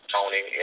Tony